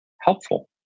helpful